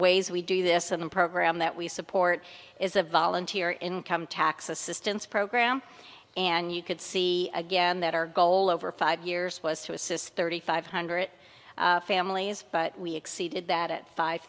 ways we do this on a program that we support is a volunteer income tax assistance program and you could see again that our goal over five years was to assist thirty five hundred families but we exceeded that it five